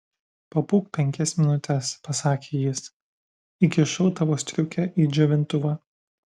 pabūk penkias minutes pasakė jis įkišau tavo striukę į džiovintuvą